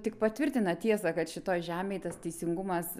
tik patvirtina tiesą kad šitoj žemėj tas teisingumas